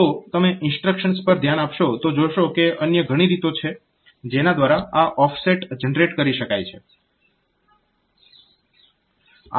તો તમે ઇન્સ્ટ્રક્શન્સ પર ધ્યાન આપશો તો જોશો કે અન્ય ઘણી રીતો છે જેના દ્વારા આ ઓફસેટ જનરેટ કરી શકાય છે